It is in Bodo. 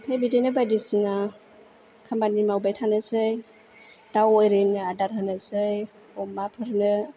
आमफ्राय बिदिनो बायदिसिना खामानि मावबाय थानोसै दाउ एरिनो आदार होनोसै अमाफोरनो